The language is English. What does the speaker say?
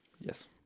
yes